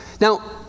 Now